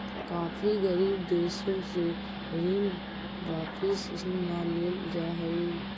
काफी गरीब देशों से ऋण वापिस ही न लेल जा हई